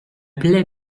plaît